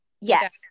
Yes